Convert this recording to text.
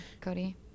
Cody